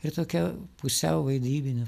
ir tokia pusiau vaidybiniu